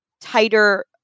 tighter